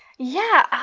yeah,